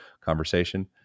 conversation